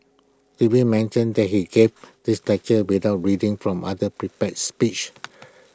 did we mention that he gave this lecture without reading from other prepared speech